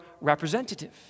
representative